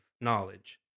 knowledge